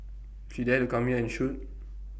she dare to come here and shoot